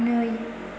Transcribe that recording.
नै